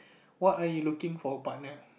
what are you looking for a partner